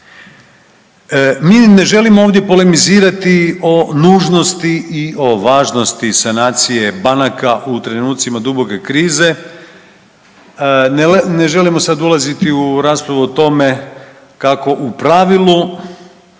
Mi ne želimo ovdje polemizirati o nužnosti i o važnosti sanacije banaka u trenucima duboke krize, ne želimo sad ulaziti u raspravu o tome kako, u pravilu